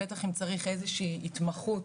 בטח אם צריך איזו שהיא התמחות